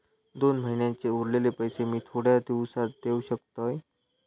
दोन महिन्यांचे उरलेले पैशे मी थोड्या दिवसा देव शकतय?